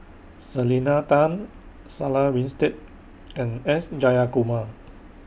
Selena Tan Sarah Winstedt and S Jayakumar